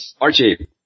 Archie